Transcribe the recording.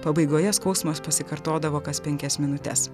pabaigoje skausmas pasikartodavo kas penkias minutes